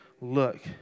Look